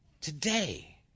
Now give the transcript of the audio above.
today